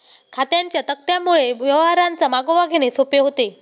खात्यांच्या तक्त्यांमुळे व्यवहारांचा मागोवा घेणे सोपे होते